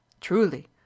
Truly